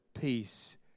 peace